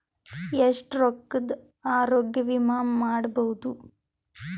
ಎಷ್ಟ ರೊಕ್ಕದ ಆರೋಗ್ಯ ವಿಮಾ ಮಾಡಬಹುದು?